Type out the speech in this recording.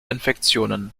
infektionen